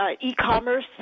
e-commerce